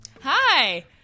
Hi